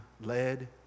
led